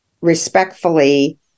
respectfully